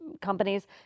companies